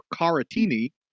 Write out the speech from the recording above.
Caratini